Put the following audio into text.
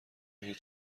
هیچ